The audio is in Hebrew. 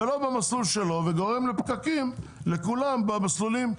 ולא במסלול שלו וגורם לפקקים לכולם במסלולים האחרים.